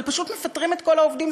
אבל פשוט מפטרים את כל העובדים,